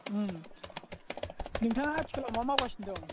उम नोंथाङा आथिखालाव मा मावगासिनो दं